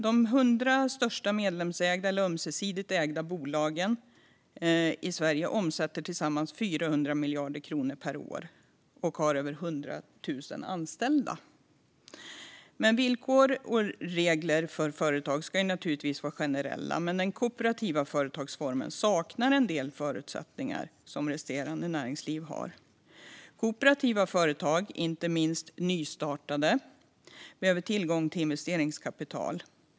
De 100 största medlemsägda och ömsesidigt ägda bolagen i Sverige omsätter tillsammans 400 miljarder kronor per år och har över 100 000 anställda. Villkor och regler för företag ska naturligtvis vara generella. Men den kooperativa företagsformen saknar en del förutsättningar som resterande näringsliv har. Kooperativa företag, inte minst nystartade, behöver tillgång till investeringskapital.